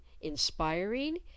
inspiring